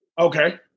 Okay